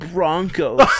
Broncos